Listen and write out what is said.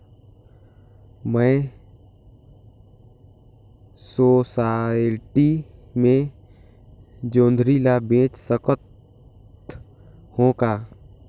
मैं सोसायटी मे जोंदरी ला बेच सकत हो का?